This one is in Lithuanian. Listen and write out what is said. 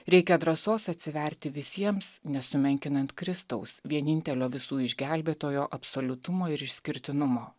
reikia drąsos atsiverti visiems nesumenkinant kristaus vienintelio visų išgelbėtojo absoliutumo ir išskirtinumo